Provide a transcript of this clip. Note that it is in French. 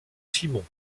simon